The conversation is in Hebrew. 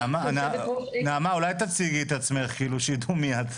נעמה, אולי תציגי את עצמך, שידעו מי את.